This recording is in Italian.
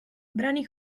brani